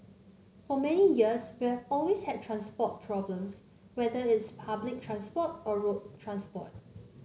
for many years we've always had transport problems whether it's public transport or road transport